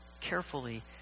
carefully